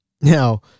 Now